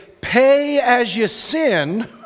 pay-as-you-sin